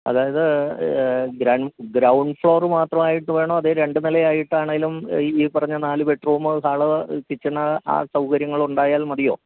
അതായത് ഗ്രൺ ground floor മാത്രമായിട്ട് വേണോ അതോ രണ്ട് നിലയായിട്ടാണേലും ഈ പറഞ്ഞ നാല് ബെഡ് റൂമും ഹാള് കിച്ചണ് ആ സൗകര്യങ്ങളുണ്ടായാൽ മതിയോ